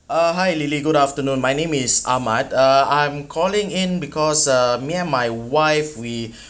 uh lily good afternoon my name is Ahmad uh I'm calling in because uh me and my wife we